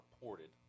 reported